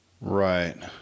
Right